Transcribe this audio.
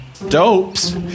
dopes